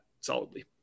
solidly